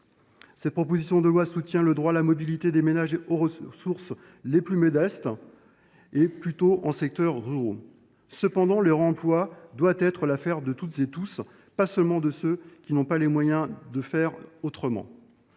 cette proposition de loi encouragent le droit à la mobilité des ménages ayant les ressources les plus modestes, surtout en zone rurale. Cependant, le réemploi doit être l’affaire de toutes et tous, pas seulement de ceux qui n’ont pas les moyens de faire autrement.